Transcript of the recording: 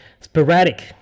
Sporadic